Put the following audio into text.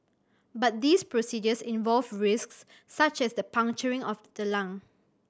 but these procedures involve risks such as the puncturing of the lung